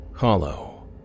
hollow